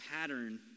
pattern